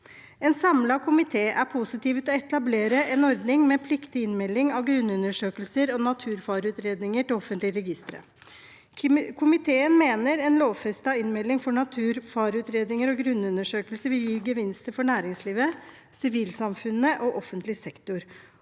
En samlet komité er positiv til å etablere en ordning med pliktig innmelding av grunnundersøkelser og naturfareutredninger til offentlige registre. Komiteen mener en lovfestet innmelding av naturfareutredninger og grunnundersøkelser vil gi gevinster for næringslivet, sivilsamfunnet og offentlig sektor.